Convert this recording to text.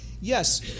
Yes